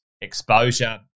exposure